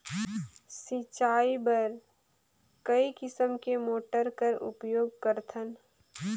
सिंचाई बर कई किसम के मोटर कर उपयोग करथन?